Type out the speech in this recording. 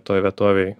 toj vietovėj